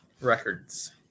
records